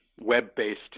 web-based